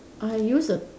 I used a